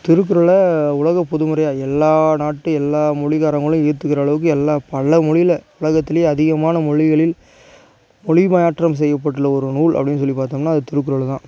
திருக்குறளை உலகப்பொதுமறையாக எல்லா நாட்டு எல்லா மொழிக்காரங்களும் ஏற்றுக்குற அளவுக்கு எல்லா பல மொழியில் உலகத்திலே அதிகமான மொழிகளில் மொழிமாற்றம் செய்யப்பட்டுள்ள ஒரு நூல் அப்படின்னு சொல்லி பார்த்தோம்னா அது திருக்குறள் தான்